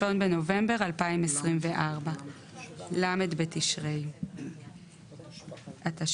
1 בנובמבר 2024 ל' בתשרי התשפ"ה.